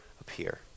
appear